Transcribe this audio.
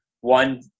one